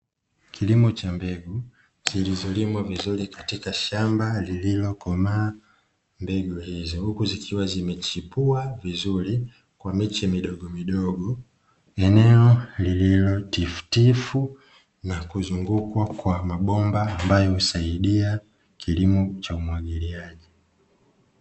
Kilimo cha mbegu zilizolimwa vizuri katika shamba lililo komaa mbegu hizo huku zikiwa zimechipua vizuri kwa miche midogomidogo. Eneo lililo tifutifu na kuzungukwa kwa mabomba ambayo husaidia kilimo cha umwagiliaji.